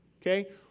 okay